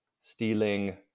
stealing